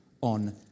on